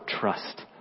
trust